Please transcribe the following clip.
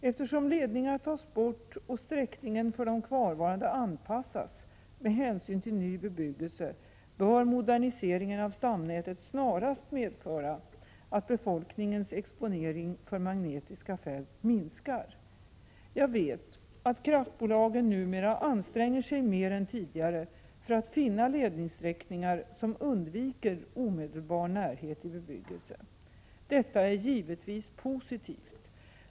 Eftersom ledningar tas bort och sträckningen för de kvarvarande anpassas med hänsyn till ny bebyggelse bör moderniseringen av stamnätet snarast medföra att befolkningens exponering för magnetiska fält minskar. Jag vet att kraftbolagen numera anstränger sig mer än tidigare för att finna ledningssträckningar som undviker omedelbar närhet till bebyggelse. Detta är givetvis positivt.